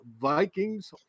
Vikings